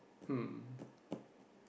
hmm